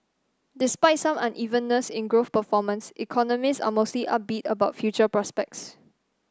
despite some unevenness in growth performance economists are mostly upbeat about future prospects